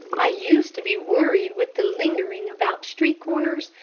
i used to be worried with the lingering about street corners,